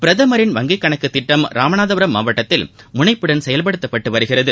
பிரதமரின் வங்கிக் கணக்குத் திட்டம் ராமநாதபுரம் மாவட்டத்தில் முனைப்புடன் செயல்படுத்தப்பட்டுவருகிறது